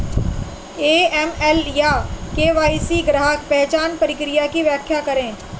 AML या KYC में ग्राहक पहचान प्रक्रिया की व्याख्या करें?